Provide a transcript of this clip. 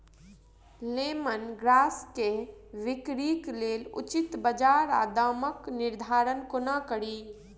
Lemon grass केँ बिक्रीक लेल उचित बजार आ दामक निर्धारण कोना कड़ी?